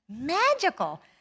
magical